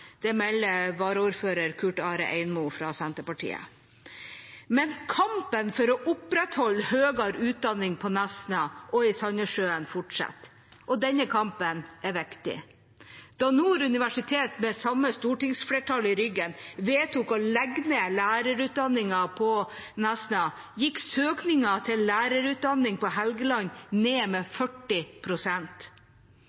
Det melder varaordfører Kurt-Are Einmo fra Senterpartiet. Kampen for å opprettholde høyere utdanning på Nesna og i Sandnessjøen fortsetter, og denne kampen er viktig. Da Nord universitet med samme stortingsflertall i ryggen vedtok å legge ned lærerutdanningen på Nesna, gikk søkningen til lærerutdanning på Helgeland ned med